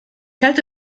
halte